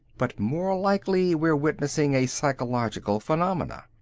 but more likely we're witnessing a psychological phenomena,